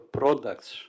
products